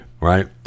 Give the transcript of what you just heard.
Right